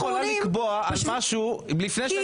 איך את יכולה לקבוע על משהו לפני שאת לא יודעת?